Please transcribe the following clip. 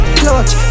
clutch